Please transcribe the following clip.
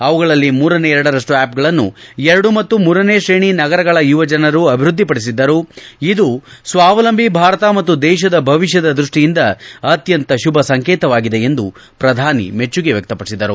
ಅವುಗಳಲ್ಲಿ ಮೂರನೇ ಎರಡರಷ್ಟು ಆ್ಹಪ್ಗಳನ್ನು ಎರಡು ಮತ್ತು ಮೂರನೇ ತ್ರೇಣಿ ನಗರಗಳ ಯುವಜನರು ಅಭಿವ್ಯದ್ಧಿಪಡಿಸಿದ್ದರು ಇದು ಸ್ಥಾವಲಂಬಿ ಭಾರತ ಮತ್ತು ದೇಶದ ಭವಿಷ್ಯದ ದ್ವಷ್ಷಿಯಿಂದ ಅತ್ಯಂತ ಶುಭ ಸಂಕೇತವಾಗಿದೆ ಎಂದು ಪ್ರಧಾನಿ ಮೆಚ್ಚುಗೆ ವ್ಯಕ್ತಪಡಿಸಿದರು